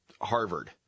Harvard